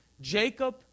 Jacob